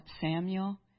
Samuel